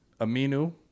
Aminu